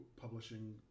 publishing